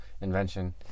invention